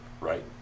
right